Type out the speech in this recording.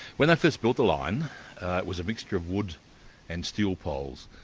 when they first built the line it was a mixture of wood and steel poles.